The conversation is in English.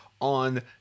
on